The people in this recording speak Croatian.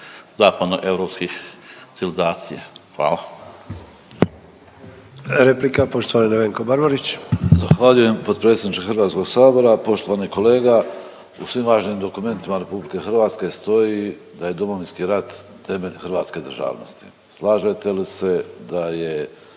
zapadnoeuropskih civilizacija. Hvala.